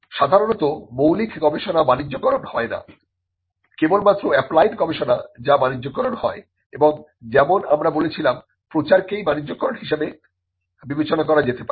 সাধারণত মৌলিক গবেষণা বাণিজ্যকরণ হয় না কেবলমাত্র অ্যাপ্লায়েড গবেষণা যা বাণিজ্যকরণ হয় এবং যেমন আমরা বলেছিলাম প্রচারকেই বাণিজ্যকরণ হিসাবে বিবেচনা করা যেতে পারে